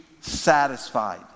satisfied